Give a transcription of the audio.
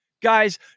guys